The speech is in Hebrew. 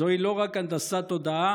זוהי לא רק הנדסת תודעה,